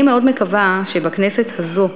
אני מאוד מקווה שבכנסת הזאת,